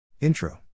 Intro